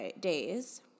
days